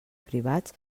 privats